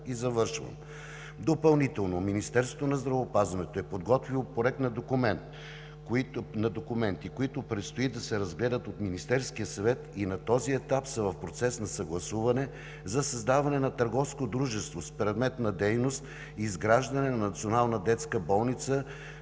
Допълнително Министерството на здравеопазването е подготвило проект на документи, които предстои да се разгледат от Министерския съвет и на този етап са в процес на съгласуване за създаване на търговско дружество с предмет на дейност – изграждане на Национална детска болница,